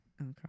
Okay